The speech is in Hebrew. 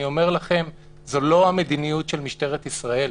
אני אומר לכם, זאת לא המדיניות של משטרת ישראל.